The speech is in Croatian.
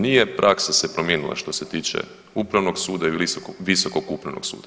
Nije praksa se promijenila što se tiče Upravnog suda ili Visokog upravnog suda.